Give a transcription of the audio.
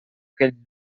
aquell